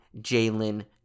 Jalen